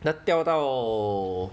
那掉到